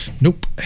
Nope